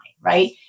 Right